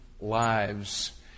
lives